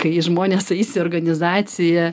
kai žmonės eis į organizaciją